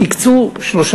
הקצו שלוש